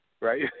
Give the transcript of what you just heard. right